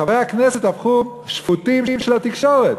חברי הכנסת הפכו להיות שפוטים של התקשורת.